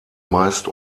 meist